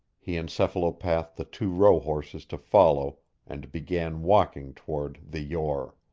he encephalopathed the two rohorses to follow and began walking toward the yore.